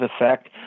effect